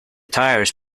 tires